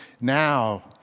Now